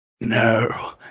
No